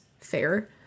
fair